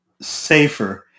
safer